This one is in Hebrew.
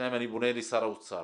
שניים, אני פונה לשר האוצר,